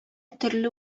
төрле